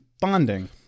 bonding